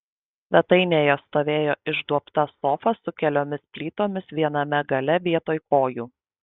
svetainėje stovėjo išduobta sofa su keliomis plytomis viename gale vietoj kojų